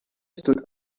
stood